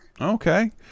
Okay